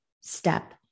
step